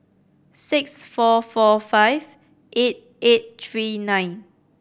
six four four five eight eight three nine